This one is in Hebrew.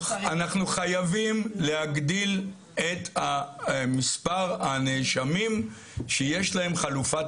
אנחנו חייבים להגדיל את מספר הנאשמים שיש להם חלופת